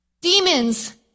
demons